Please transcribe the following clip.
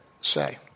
say